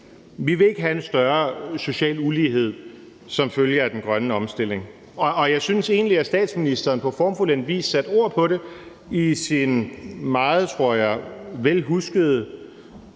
Vi vil ikke have en større social ulighed som følge af den grønne omstilling. Jeg synes egentlig, at statsministeren på formfuldendt vis satte ord på det i sit meget, tror jeg, vel huskede